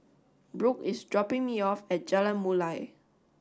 Brooke is dropping me off at Jalan Mulia